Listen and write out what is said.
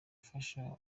ifasha